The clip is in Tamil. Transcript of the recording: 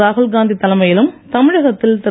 ராகுல் காந்தி தலைமையிலும் தமிழகத்தில் திரு